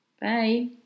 Bye